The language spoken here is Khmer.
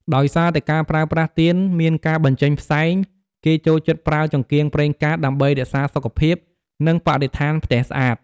ដោយសារតែការប្រើប្រាស់ទៀនមានការបញ្ចេញផ្សែង គេចូលចិត្តប្រើចង្កៀងប្រេងកាត ដើម្បីរក្សាសុខភាព និងបរិស្ថានផ្ទះស្អាត។